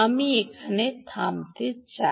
আমি এখানে থামতে চাই